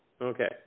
Okay